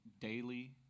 daily